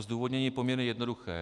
Zdůvodnění je poměrně jednoduché.